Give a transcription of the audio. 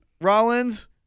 Rollins